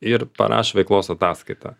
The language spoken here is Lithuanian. ir parašo veiklos ataskaitą